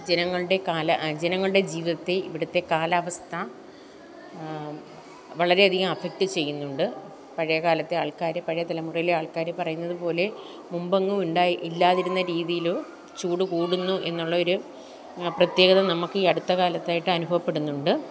ജനങ്ങളുടെ കാല ജനങ്ങളുടെ ജീവിതത്തെ ഇവിടത്തെ കാലാവസ്ഥ വളരെ അധികം അഫക്ട് ചെയ്യുന്നുണ്ട് പഴയ കാലത്തെ ആൾക്കാർ പഴയ തലമുറയിലെ ആൾക്കാർ പറയുന്നത് പോലെ മുമ്പെങ്ങും ഉണ്ടായി ഇല്ലാതിരുന്ന രീതിയിൽ ചൂട് കൂടുന്നു എന്നുള്ള ഒരു പ്രത്യേകത നമുക്കീ അടുത്ത കാലത്തായിട്ട് അനുഭവപ്പെടുന്നുണ്ട്